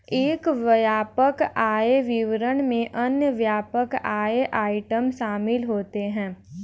एक व्यापक आय विवरण में अन्य व्यापक आय आइटम शामिल होते हैं